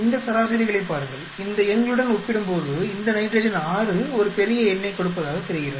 இந்த சராசரிகளைப் பாருங்கள் இந்த எண்களுடன் ஒப்பிடும்போது இந்த நைட்ரஜன் 6 ஒரு பெரிய எண்ணைக் கொடுப்பதாகத் தெரிகிறது